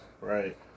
Right